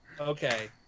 Okay